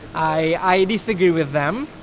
i disagree with them.